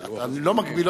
אני לא מגביל.